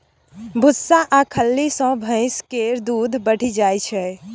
भुस्सा आ खल्ली सँ भैंस केर दूध बढ़ि जाइ छै